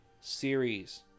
series